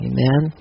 Amen